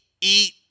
eat